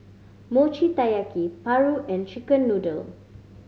Mochi Taiyaki paru and chicken noodle